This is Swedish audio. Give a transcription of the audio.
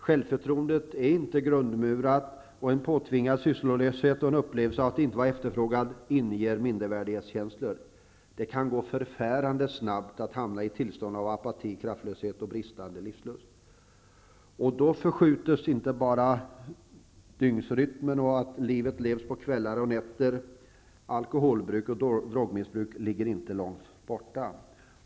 Självförtroendet är inte grundmurat, och en påtvingad sysslolöshet och en upplevelse av att inte vara efterfrågad inger mindrevärdeskänslor. Det kan då gå förfärande snabbt att hamna i tillstånd av apati, kraftlöshet och bristande livslust. Då förskjuts dygnsrytmen så att livet levs på kvällar och nätter. Alkohol och drogmissbruk ligger inte långt borta.